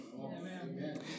Amen